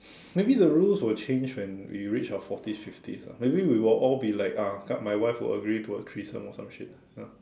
maybe the rules will change when we reach our forties fifties ah maybe we will all be like ah my wife will agree to a threesome or some shit know